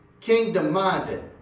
kingdom-minded